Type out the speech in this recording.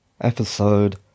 episode